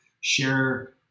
share